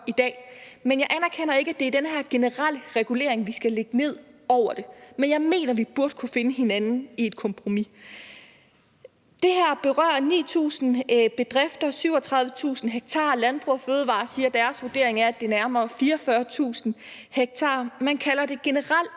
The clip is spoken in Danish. i dag, men jeg anerkender ikke, at det er den her generelle regulering, vi skal lægge ned over det. Men jeg mener, at vi burde kunne finde hinanden i et kompromis. Det her berører 9.000 bedrifter, 37.000 ha. Landbrug & Fødevarer siger, at deres vurdering er, at det nærmere er 44.000 ha. Man kalder det generel